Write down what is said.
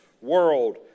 world